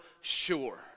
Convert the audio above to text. sure